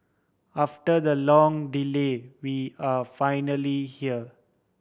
after the long delay we are finally here